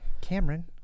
Cameron